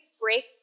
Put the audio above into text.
break